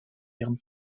ihren